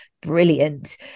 brilliant